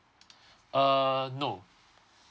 err no